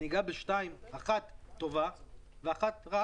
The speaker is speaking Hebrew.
אני אגע בשתיים, טובה ורעה.